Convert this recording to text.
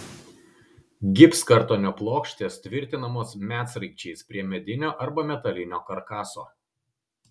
gipskartonio plokštės tvirtinamos medsraigčiais prie medinio arba metalinio karkaso